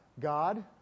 God